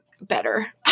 better